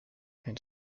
and